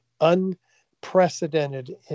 unprecedented